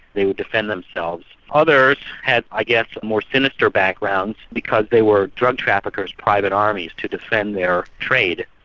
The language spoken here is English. they would defend themselves. others had i guess more sinister backgrounds because they were drug traffickers' private armies to defend their trade.